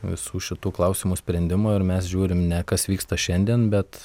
visų šitų klausimų sprendimo ir mes žiūrim ne kas vyksta šiandien bet